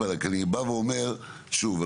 ואני בא ואומר שוב,